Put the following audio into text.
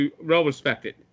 well-respected